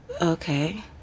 Okay